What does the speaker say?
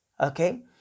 okay